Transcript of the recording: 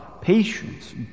patience